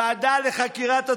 ועדה לחקירת הצוללות,